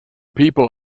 people